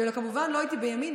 וכמובן לא הייתי בימינה.